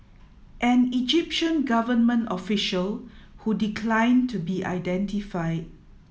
an Egyptian government official who declined to be identified